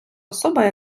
особа